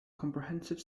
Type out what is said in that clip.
comprehensive